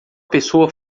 pessoa